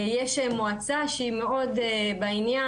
יש מועצה שהיא מאוד בעניין,